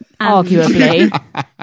Arguably